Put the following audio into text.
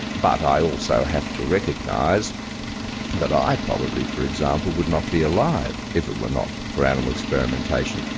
but i also have to recognise that i probably, for example, would not be alive if it were not for animal experimentation.